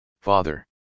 father